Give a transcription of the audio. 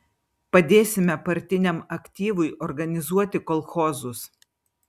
padėsime partiniam aktyvui organizuoti kolchozus